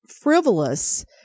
frivolous